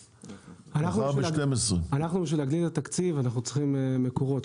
כדי להגדיל את התקציב, אנחנו צריכים מקורות.